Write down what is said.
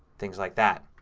things like that.